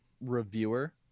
reviewer